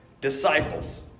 disciples